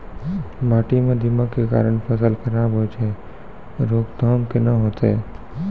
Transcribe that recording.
माटी म दीमक के कारण फसल खराब होय छै, रोकथाम केना होतै?